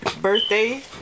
birthday